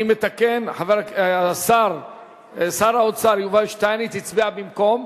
אני מתקן: שר האוצר יובל שטייניץ הצביע במקום,